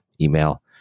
email